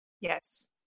Yes